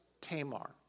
Tamar